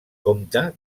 compte